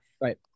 Right